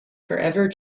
forever